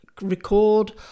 record